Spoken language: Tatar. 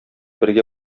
бергә